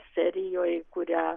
serijoj kurią